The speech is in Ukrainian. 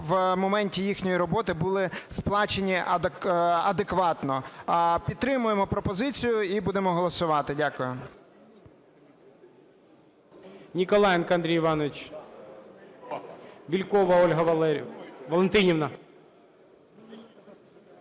в моменті їхньої роботи були сплачені адекватно. Підтримуємо пропозицією і будемо голосувати. Дякую.